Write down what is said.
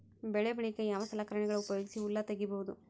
ಬೆಳಿ ಬಳಿಕ ಯಾವ ಸಲಕರಣೆಗಳ ಉಪಯೋಗಿಸಿ ಹುಲ್ಲ ತಗಿಬಹುದು?